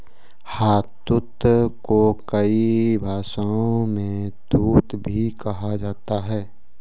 शहतूत को कई भाषाओं में तूत भी कहा जाता है